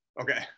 Okay